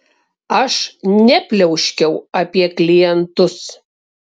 aš nepliauškiau apie klientus